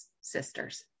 sisters